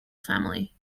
family